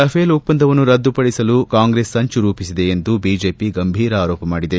Rafale ಒಪ್ಪಂದವನ್ನು ರದ್ದುಪಡಿಸಲು ಕಾಂಗ್ರೆಸ್ ಸಂಚು ರೂಪಿಸಿದೆ ಎಂದು ಬಿಜೆಪಿ ಗಂಭೀರ ಆರೋಪ ಮಾಡಿದೆ